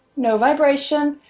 no vibration.